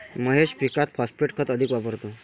महेश पीकात फॉस्फेट खत अधिक वापरतो